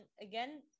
again